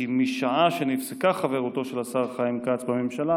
כי משעה שנפסקה חברותו של השר חיים כץ בממשלה